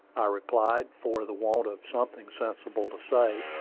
i replied, for the want of something sensible to say.